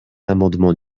l’amendement